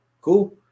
Cool